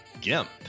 gimp